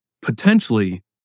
potentially